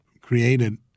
created